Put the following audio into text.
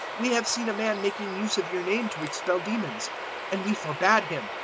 we have seen a man making use of your name to expel demons and we forbad him,